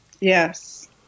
Yes